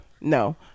no